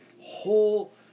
whole